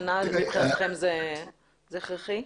שנה מבחינתכם זה הכרחי?